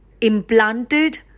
implanted